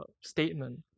statement